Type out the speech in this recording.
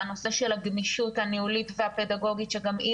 הנושא של הגמישות הניהולית והפדגוגית שגם היא